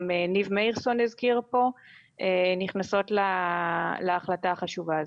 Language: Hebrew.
ניב מאירסון הזכיר פה נכנסות להחלטה החשובה הזו.